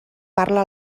parla